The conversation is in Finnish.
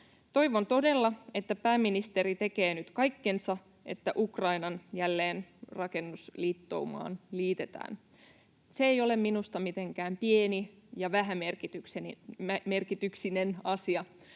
Toivon todella, että pääministeri tekee nyt kaikkensa, että Ukrainan jälleenrakennusliittoumaan liitytään. Se ei ole minusta mitenkään pieni ja vähämerkityksinen asia,